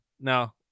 Now